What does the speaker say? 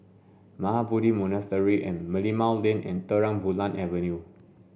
Mahabodhi Monastery and Merlimau Lane and Terang Bulan Avenue